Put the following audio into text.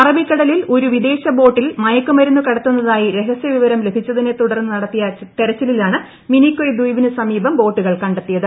അറബിക്കടലിൽ ഒരു വിദേശ ബോട്ടിൽ മയക്കുമരുന്നു കടത്തുന്നതായി രഹസ്യ വിവരം ലഭിച്ചതിനെ തുടർന്നു നടത്തിയ തെരച്ചിലിലാണ് മിനിക്കോയ് ദ്വീപിനു സമീപം ബോട്ടുകൾ കണ്ടെത്തിയത്